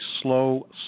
slow